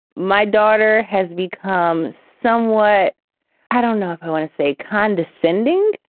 my daughter has become somewhat i don't know if i want to say condescending,